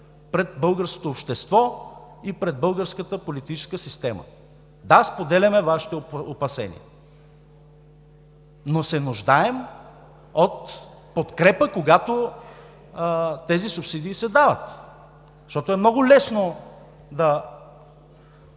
пред българското общество и пред българската политическа система. Да, споделяме Вашите опасения, но се нуждаем от подкрепа, когато тези субсидии се дават. Защото е много лесно да